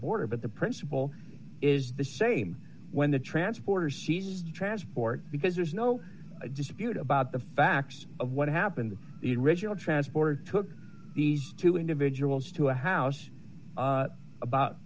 border but the principle is the same when the transporter seized transport because there's no dispute about the facts of what happened the original transporter took these two individuals to a house about